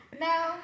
No